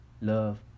love